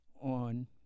on